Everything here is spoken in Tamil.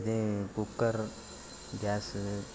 அதே குக்கர் கேஸ்ஸு